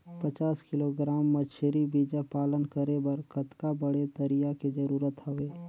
पचास किलोग्राम मछरी बीजा पालन करे बर कतका बड़े तरिया के जरूरत हवय?